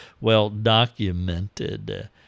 well-documented